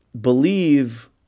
believe